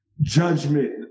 judgment